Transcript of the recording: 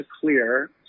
clear